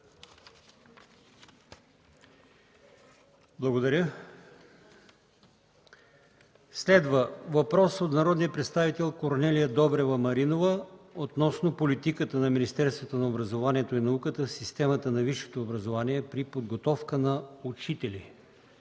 Благодаря. Следва въпрос от народния представител Корнелия Добрева Маринова относно политиката на Министерството на образованието и науката в системата на висшето образование при подготовка на учители.